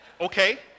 Okay